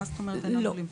מה זאת אומרת "אינם עולים"?